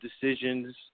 decisions